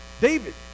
David